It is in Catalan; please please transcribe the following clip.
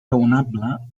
raonable